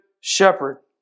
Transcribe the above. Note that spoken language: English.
shepherd